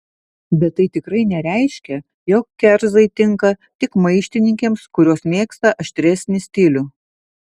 bet tai tikrai nereiškia jog kerzai tinka tik maištininkėms kurios mėgsta aštresnį stilių